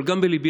אבל גם בליבי,